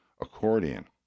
accordion